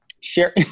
share